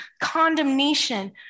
condemnation